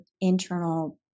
internal